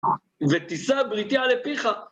ותישא בריתי עלי פיך!